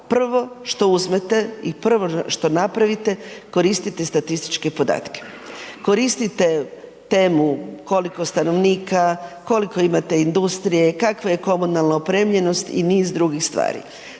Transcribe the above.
prvo što uzmete i prvo što napravite koristite statističke podatke. Koristite temu koliko stanovnika, koliko imate industrije, kakva je komunalna opremljenost i niz drugih stvari.